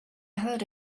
heard